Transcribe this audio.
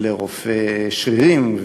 ולרופא שרירים,